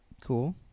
cool